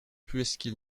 puisqu’il